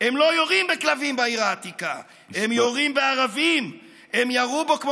הם לא יורים בכלבים בעיר העתיקה, הם יורים בערבים.